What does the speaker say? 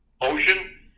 Ocean